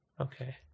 Okay